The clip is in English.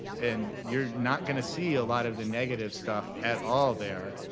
and you're not going to see a lot of the negative stuff at all there.